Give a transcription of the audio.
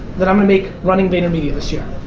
then i'm gonna make running vaynermedia this year.